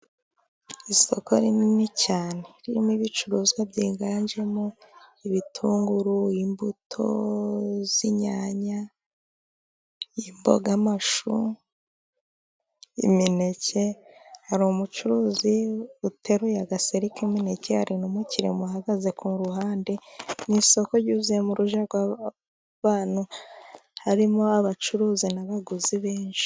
Isoko rinini cyane ririmo ibicuruzwa byiganjemo; ibitunguru, imbuto z'inyanya, imboga, amashu, imineke. Hari umucuruzi uteruye agaseri k'imineke, hari n'umukire uhagaze ku ruhande, mu isoko ryuzuye mu rujya nu ruza rw'abantu harimo; abacuruzi n'abaguzi benshi.